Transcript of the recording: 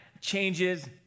changes